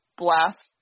blast